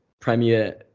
Premier